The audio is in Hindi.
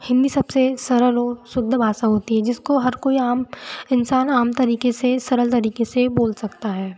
हिन्दी सबसे सरल ओर शुद्ध भाषा होती है जिसको हर कोई आम इंसान आम तरीके से सरल तरीके से बोल सकता है